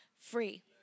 free